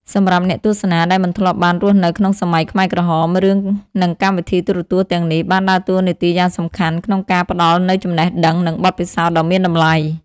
សម្រាប់អ្នកទស្សនាដែលមិនធ្លាប់បានរស់នៅក្នុងសម័យខ្មែរក្រហម រឿង និងកម្មវិធីទូរទស្សន៍ទាំងនេះបានដើរតួនាទីយ៉ាងសំខាន់ក្នុងការផ្តល់នូវចំណេះដឹង និងបទពិសោធន៍ដ៏មានតម្លៃ។